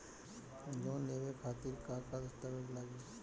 Loan लेवे खातिर का का दस्तावेज लागी?